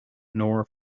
nor